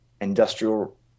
industrial